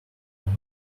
more